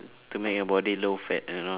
to make your body low fat you know